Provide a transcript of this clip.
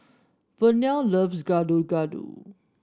Vernell loves Gado Gado